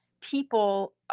people